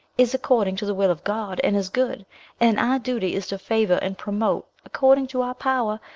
is according to the will of god, and is good and our duty is to favour and promote, according to our power,